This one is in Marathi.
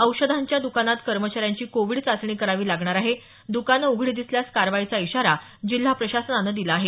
औषधांच्या दुकानात कर्मचाऱ्यांची कोविड चाचणी करावी लागणार आहे दुकानं उघडी दिसल्यास कारवाईचा इशारा प्रशासनानं दिला आहे